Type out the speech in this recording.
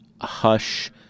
Hush